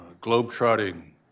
globe-trotting